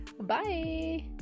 bye